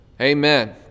Amen